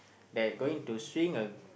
that going to swing a